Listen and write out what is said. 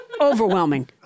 overwhelming